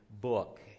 book